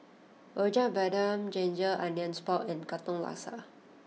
Rojak Bandung Ginger Onions Pork and Katong Laksa